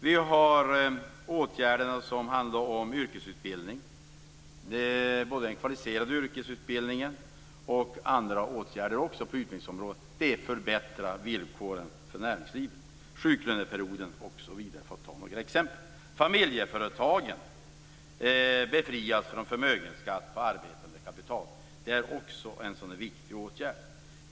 Vi har åtgärder när det gäller yrkesutbildning, inom den kvalificerade yrkesutbildningen och även andra åtgärder på utbildningsområdet. Det förbättrar villkoren för näringslivet. Vi har även sjuklöneperioden, för att ta några exempel. Familjeföretagen befrias från förmögenhetsskatt på arbetande kapital. Det är också en viktig åtgärd.